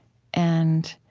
and,